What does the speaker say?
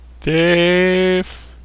Dave